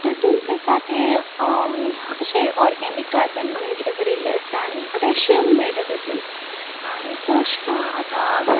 तेतूंत ताका तें अशें ऑर्गेनिक कार्बन म्हणून कितें बरयिल्लें आसता आनी पॉटेशियम मेळटा तितूंत आनी चडशें आतां